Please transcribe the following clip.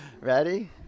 Ready